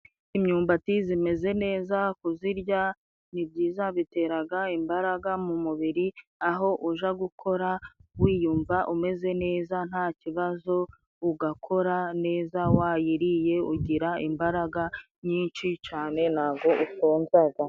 Imyumbati zimeze neza, kuzirya ni byiza biteraga imbaraga mu mubiri, aho uja gukora wiyumva umeze neza ntakibazo, ugakora neza. Wayiriye ugira imbaraga nyinshi cane ntago usonzaga.